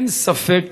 אין ספק